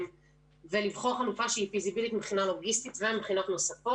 ולבחור חלופה שהיא פיזיבילית מבחינה לוגיסטית ומבחינות נוספות,